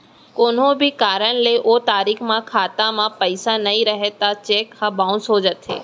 कोनो भी कारन ले ओ तारीख म खाता म पइसा नइ रहय त चेक ह बाउंस हो जाथे